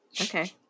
Okay